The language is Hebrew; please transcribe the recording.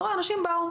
אתה רואה אנשים באו,